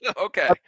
okay